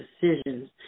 decisions